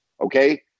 Okay